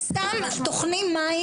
אתם סתם טוחנים מים.